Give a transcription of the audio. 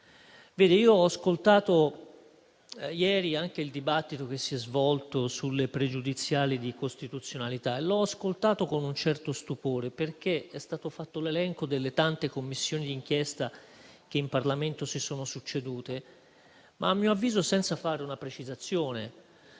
Ho ascoltato ieri anche il dibattito che si è svolto sulle questioni pregiudiziali di costituzionalità e l'ho ascoltato con un certo stupore, perché è stato fatto l'elenco delle tante Commissioni di inchiesta che in Parlamento si sono succedute, ma, a mio avviso, senza fare una precisazione.